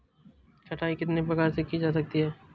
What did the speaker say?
छँटाई कितने प्रकार से की जा सकती है?